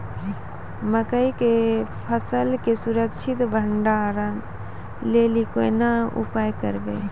मकई के फसल के सुरक्षित भंडारण लेली कोंन उपाय करबै?